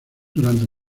durante